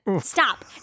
stop